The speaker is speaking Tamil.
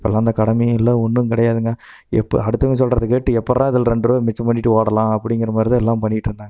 இப்போல்லாம் அந்த கடமையும் இல்லை ஒன்றும் கிடையாதுங்க எப்போ அடுத்தவங்க சொல்கிறத கேட்டு எப்பிட்றா இதில் ரெண்டு ரூபா மிச்சம் பண்ணிவிட்டு ஓடலாம் அப்படிங்கிற மாதிரி தான் எல்லாம் பண்ணிகிட்டு இருந்தாங்க